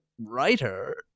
writer